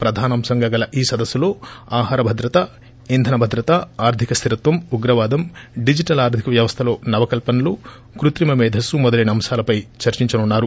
ప్రధానాంశంగా ఈ సదస్సులో ఆహార భద్రత ఇందన భద్రత ఆర్గిక స్లిరత్వం ఉగ్రవాదం డిజేటల్ ఆర్గిక వ్యవస్థలో నవకల్పనలు క్పత్రిమ మేథస్సు మొదలైన అంశాలపై చర్చించనున్నారు